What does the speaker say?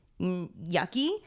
yucky